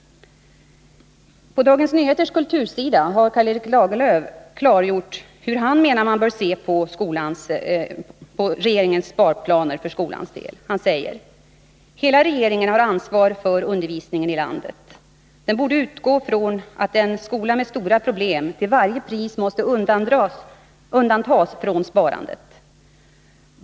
På Dagens Nyheters kultursida har Karl-Erik Lagerlöf klargjort hur man bör se på regeringens sparplaner för skolans del. Han säger: ”Hela regeringen har ansvar för undervisningen i landet. Den borde utgå från att en skola med stora problem till varje pris måste undantas från sparandet.